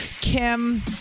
Kim